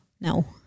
No